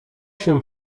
się